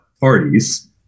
parties